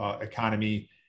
economy